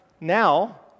now